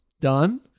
done